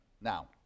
Now